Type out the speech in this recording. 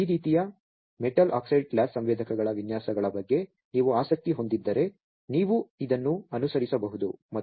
ಮತ್ತು ಈ ರೀತಿಯ ಮೆಟಲ್ ಆಕ್ಸೈಡ್ ಗ್ಯಾಸ್ ಸಂವೇದಕಗಳ ವಿನ್ಯಾಸಗಳ ಬಗ್ಗೆ ನೀವು ಆಸಕ್ತಿ ಹೊಂದಿದ್ದರೆ ನೀವು ಇದನ್ನು ಅನುಸರಿಸಬಹುದು